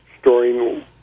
storing